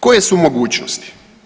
Koje su mogućnosti?